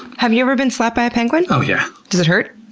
have you ever been slapped by a penguin? oh yeah. does it hurt?